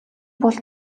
бол